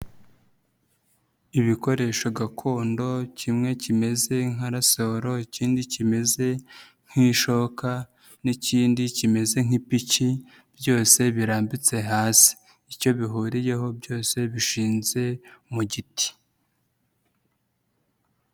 Ibikoresho gakondo, kimwe kimeze nka rasoro, ikindi kimeze nk'ishoka n'ikindi kimeze nk'piki, byose birambitse hasi. Icyo bihuriyeho byose bishinze mu giti.